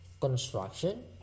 construction